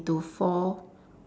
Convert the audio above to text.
into four